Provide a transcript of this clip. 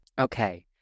okay